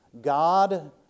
God